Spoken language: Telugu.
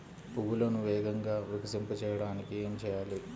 పువ్వులను వేగంగా వికసింపచేయటానికి ఏమి చేయాలి?